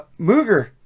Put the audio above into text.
Mooger